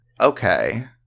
okay